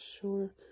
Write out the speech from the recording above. sure